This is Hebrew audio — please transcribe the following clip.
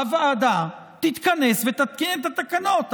הוועדה תתכנס ותתקין את התקנות.